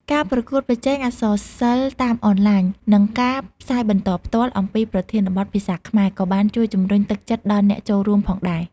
ការប្រកួតប្រជែងអក្សរសិល្ប៍តាមអនឡាញ និងការផ្សាយបន្តផ្ទាល់ អំពីប្រធានបទភាសាខ្មែរ ក៏បានជួយជំរុញទឹកចិត្តដល់អ្នកចូលរួមផងដែរ។